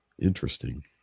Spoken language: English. interesting